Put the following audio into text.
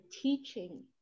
teaching